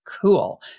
cool